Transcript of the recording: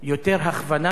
יותר הכוונה,